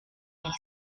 més